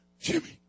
Jimmy